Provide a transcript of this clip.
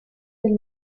del